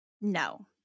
No